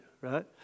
right